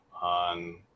on